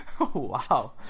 wow